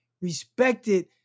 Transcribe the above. respected